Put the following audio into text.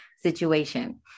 situation